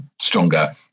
stronger